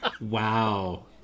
Wow